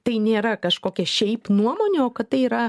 tai nėra kažkokia šiaip nuomonė o kad tai yra